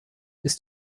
ist